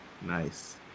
Nice